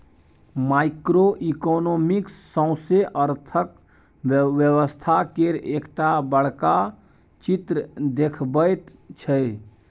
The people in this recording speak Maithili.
माइक्रो इकोनॉमिक्स सौसें अर्थक व्यवस्था केर एकटा बड़का चित्र देखबैत छै